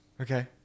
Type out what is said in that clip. Okay